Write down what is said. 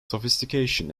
sophistication